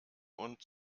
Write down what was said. und